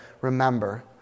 remember